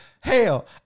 hell